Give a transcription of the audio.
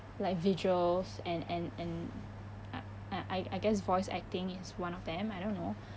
like visuals and and and I I I guess voice acting is one of them I don't know